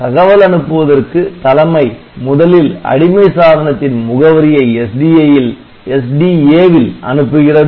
தகவல் அனுப்புவதற்கு தலைமை முதலில் அடிமை சாதனத்தின் முகவரியை SDA ல் அனுப்புகிறது